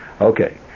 okay